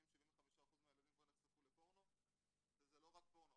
70%-75% מהילדים כבר נחשפו לפורנו וזה לא רק פורנו.